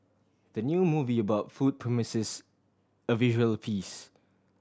the new movie about food promises a visual feast